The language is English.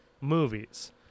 movies